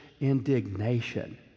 indignation